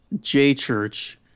J-Church